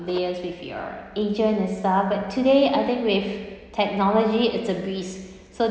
liase with your agent and stuff but today I think with technology it's a breeze so